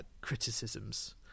criticisms